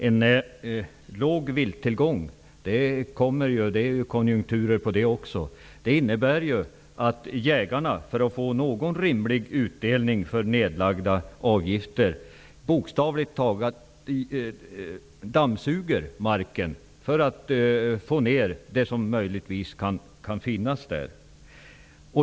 En låg vilttillgång -- sådana kommer, eftersom det finns konjunktur även på det här området -- innebär att jägarna, för att få någon rimlig utdelning för nedlagda avgifter, praktiskt taget dammsuger marken, för att fälla det som möjligtvis kan finnas där.